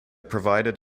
provided